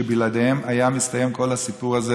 שבלעדיהם היה מסתיים כל הסיפור הזה,